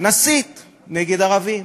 נסית נגד ערבים.